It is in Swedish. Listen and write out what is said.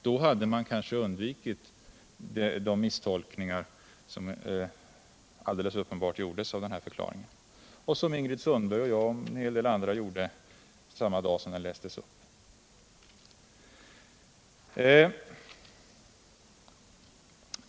Då hade man kanske undvikit de misstolkningar som alldeles uppenbart gjordes vid uppläsningen av förklaringen — bl.a. av Ingrid Sundberg, mig och en hel del andra, och detta alltså samma dag som den lästes upp.